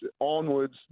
onwards